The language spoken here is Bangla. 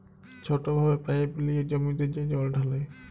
ছট ভাবে পাইপ লিঁয়ে জমিতে যে জল ঢালে